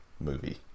movie